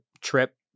trip